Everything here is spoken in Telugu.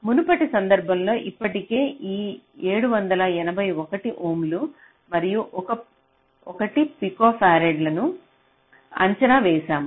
మునుపటి సందర్భంలో ఇప్పటికే ఈ 781 ఓంలు మరియు 1 పికోఫరాడ్లను అంచనా వేసాము